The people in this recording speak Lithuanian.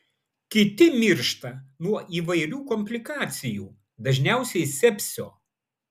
kiti miršta nuo įvairių komplikacijų dažniausiai sepsio